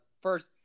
First